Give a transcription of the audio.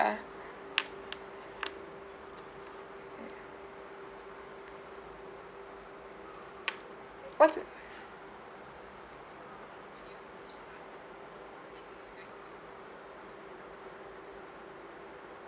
mm what's a